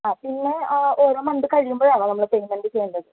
ആ പിന്നെ ഓരോ മന്ത് കഴിയുമ്പോഴാണോ നമ്മൾ പേയ്മെൻ്റ് ചെയ്യേണ്ടത്